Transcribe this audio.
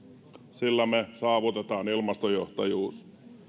sillä me saavutamme ilmastojohtajuuden